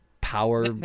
power